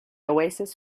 oasis